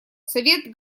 совет